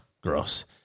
Gross